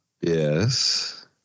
Yes